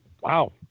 wow